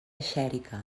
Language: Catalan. xèrica